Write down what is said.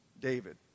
David